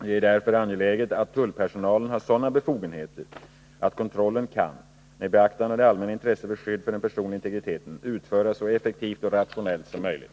Det är därför angeläget att tullpersonalen har sådana befogenheter att kontrollen kan — med beaktande av det allmänna intresset av skydd för den personliga integriteten — utföras så effektivt och rationellt som möjligt.